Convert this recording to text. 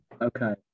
Okay